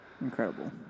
Incredible